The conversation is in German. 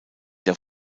der